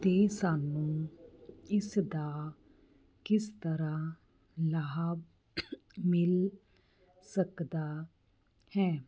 ਅਤੇ ਸਾਨੂੰ ਇਸ ਦਾ ਕਿਸ ਤਰ੍ਹਾਂ ਲਾਭ ਮਿਲ ਸਕਦਾ ਹੈ